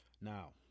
now